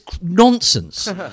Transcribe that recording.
nonsense